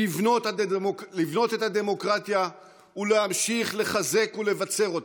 לבנות את הדמוקרטיה ולהמשיך לחזק ולבצר אותה.